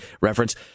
reference